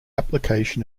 application